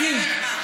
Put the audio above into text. מדהים.